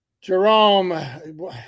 Jerome